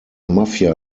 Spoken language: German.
mafia